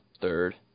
third